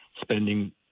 spending